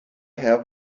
have